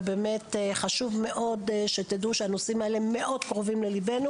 ובאמת חשוב מאוד שתדעו שהנושאים האלה מאוד קרובים לליבנו.